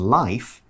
life